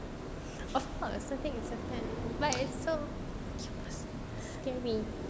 of course nothing is certain but it's so scary